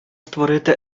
створити